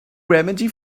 remedy